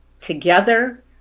together